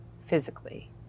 physically